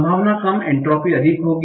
संभावना कम एन्ट्रापी अधिक होगी